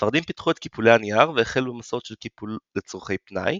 הספרדים פיתחו את קיפולי הנייר והחלו במסורת של קיפול לצורכי פנאי,